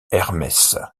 hermès